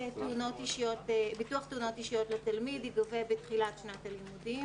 תאונות אישיות לתלמיד יגבה בתחילת שנת הלימודים.